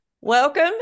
Welcome